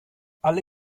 alle